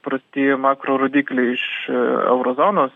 prasti makrorodikliai iš euro zonos